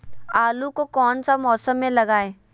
आलू को कौन सा मौसम में लगाए?